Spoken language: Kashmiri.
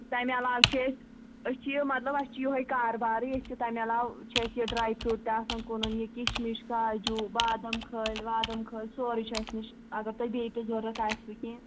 تَمہِ علاوٕ چھِ أسۍ أسۍ چھِ یہِ مطلب اَسہِ چھِ یِہوٚے کاربارٕے أسۍ چھِ تَمہِ علاوٕ چھِ اَسہِ یہِ ڈرٛاے فرٛوٗٹ تہِ آسَن کٕنُن یہِ کِشمِش کاجوٗ بادَم کھٔلۍ وادَم کھٔلۍ سورُے چھُ اَسہِ نِش اگر تۄہہِ بیٚیہِ تہِ ضوٚرَتھ آسِوٕ کیٚنٛہہ